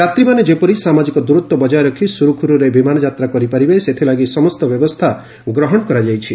ଯାତ୍ରୀମାନେ ଯେପରି ସାମାଜିକ ଦୂରତ୍ୱ ବଜାୟ ରଖି ସୁରୁଖୁରୁରେ ବିମାନ ଯାତ୍ରା କରିପାରିବେ ସେଥିଲାଗି ସମସ୍ତ ବ୍ୟବସ୍ଥା ଗ୍ରହଣ କରାଯାଇଛି